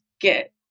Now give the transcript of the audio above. get